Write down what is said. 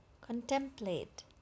Contemplate